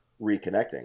reconnecting